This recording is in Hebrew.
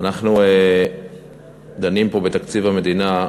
אנחנו דנים פה בתקציב המדינה,